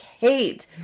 Kate